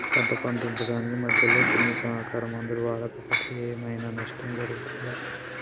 పంట పండించడానికి మధ్యలో క్రిమిసంహరక మందులు వాడకపోతే ఏం ఐనా నష్టం జరుగుతదా?